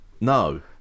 No